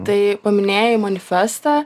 tai paminėjai manifestą